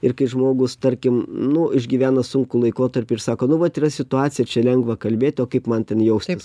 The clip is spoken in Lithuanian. ir kai žmogus tarkim nu išgyvena sunkų laikotarpį ir sako nu vat yra situacija ir čia lengva kalbėt o kaip man ten jautis